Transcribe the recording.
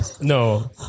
No